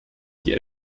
die